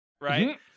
right